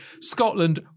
Scotland